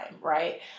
right